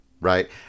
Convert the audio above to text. right